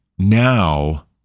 Now